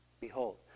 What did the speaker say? behold